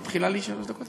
מתחילה לי את שלוש הדקות?